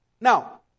Now